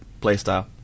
playstyle